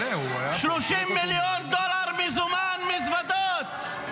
30 מיליון דולר מזומן במזוודות.